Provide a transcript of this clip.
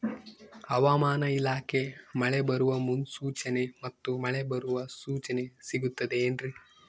ಹವಮಾನ ಇಲಾಖೆ ಮಳೆ ಬರುವ ಮುನ್ಸೂಚನೆ ಮತ್ತು ಮಳೆ ಬರುವ ಸೂಚನೆ ಸಿಗುತ್ತದೆ ಏನ್ರಿ?